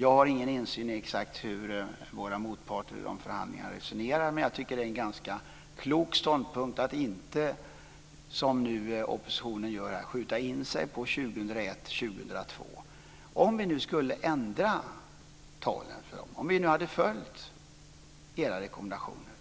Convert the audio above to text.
Jag har ingen insyn i exakt hur våra motparter resonerar i förhandlingarna, men jag tycker att det är en ganska klok ståndpunkt att inte, som nu oppositionen gör, skjuta in sig på 2001 och 2002. Om vi skulle ändra talen, om vi hade följt era rekommendationer,